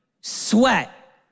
sweat